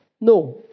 No